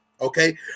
okay